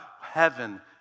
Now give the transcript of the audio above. heaven